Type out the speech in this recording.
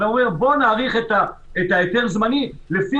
אנחנו אומרים: בואו נאריך את ההיתר הזמני לפי